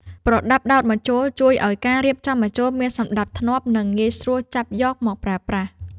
ប្រដាប់ដោតម្ជុល ជួយឱ្យការរៀបចំម្ជុលមានសណ្ដាប់ធ្នាប់ និងងាយស្រួលចាប់យកមកប្រើប្រាស់។